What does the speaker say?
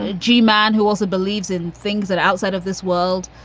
ah g man who also believes in things that are outside of this world.